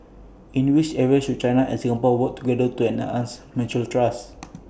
in which areas should China and Singapore work together to enhance mutual trust